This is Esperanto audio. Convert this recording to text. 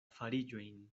fariĝojn